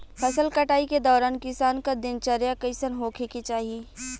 फसल कटाई के दौरान किसान क दिनचर्या कईसन होखे के चाही?